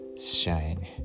shine